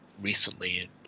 recently